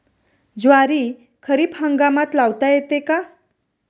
ज्वारी खरीप हंगामात लावता येते का?